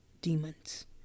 demons